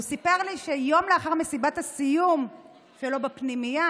והוא סיפר לי שיום לאחר מסיבת הסיום שלו בפנימייה,